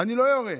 אני לא יורה.